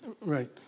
Right